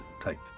type